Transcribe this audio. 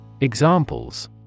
Examples